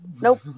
Nope